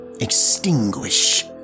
extinguish